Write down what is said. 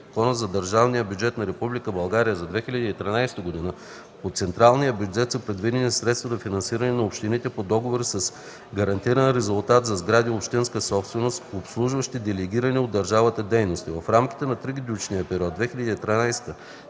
Закона за държавния бюджет на Република България за 2013 г. по централния бюджет са предвидени средства за финансиране на общините по договори с гарантиран резултат за сгради – общинска собственост, обслужващи делегирани от държавата дейности. В рамките на тригодишния период 2013-2015